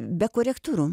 be korektūrų